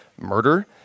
murder